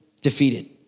defeated